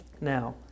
Now